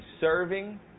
serving